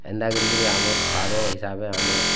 ଏନ୍ତା କରି କିରି ଆମର ସ୍ୱାଦ ହିସାବେ ଆମେ